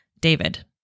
David